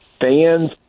fans